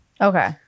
Okay